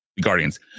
guardians